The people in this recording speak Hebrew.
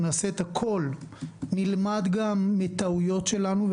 נלמד גם מטעויות שלנו,